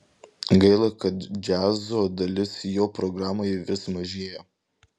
gaila kad džiazo dalis jo programoje vis mažėja